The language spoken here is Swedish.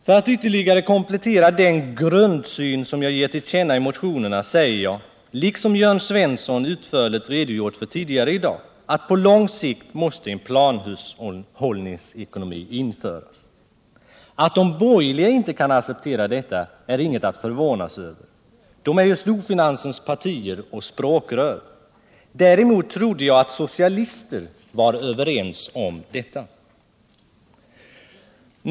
För att ytterligare komplettera den grundsyn som jag ger till känna i motionerna säger jag — liksom Jörn Svensson utförligt redogjort för tidigare i dag — att på lång sikt måste en planhushållningsekonomi införas. Att de borgerliga inte kan acceptera detta är inget att förvånas över. De är ju storfinansens partier och språkrör. Däremot trodde jag att socialister var överens om detta.